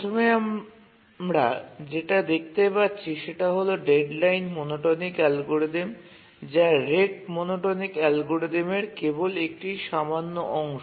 প্রথমে আমরা যেটা দেখতে পাচ্ছি সেটা হল ডেডলাইন মনোটোনিক অ্যালগরিদম যা রেট মনোটোনিক অ্যালগরিদমের কেবল একটি সামান্য অংশ